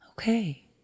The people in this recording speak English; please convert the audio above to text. Okay